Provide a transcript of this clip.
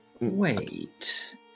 Wait